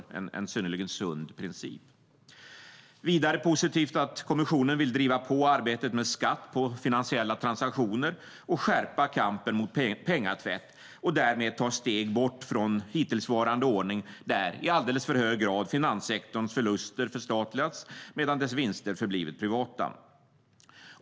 Det är en synnerligen sund princip. Vidare är det positivt att kommissionen vill driva på arbetet med skatt på finansiella transaktioner och skärpa kampen mot penningtvätt och därmed ta steg bort från hittillsvarande ordning där, i alldeles för hög grad, finanssektorns förluster förstatligats medan dess vinster förblivit privata.